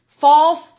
false